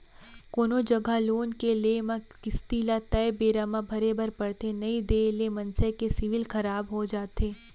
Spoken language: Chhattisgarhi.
कोनो जघा लोन के लेए म किस्ती ल तय बेरा म भरे बर परथे नइ देय ले मनसे के सिविल खराब हो जाथे